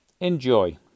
Enjoy